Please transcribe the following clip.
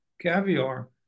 caviar